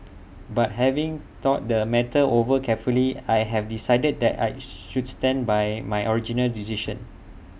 but having thought the matter over carefully I have decided that I should stand by my original decision